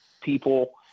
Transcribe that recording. people